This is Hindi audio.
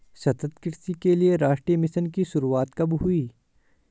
सतत कृषि के लिए राष्ट्रीय मिशन की शुरुआत कब हुई?